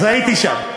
אז הייתי שם.